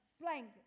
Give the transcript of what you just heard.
blank